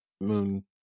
Moon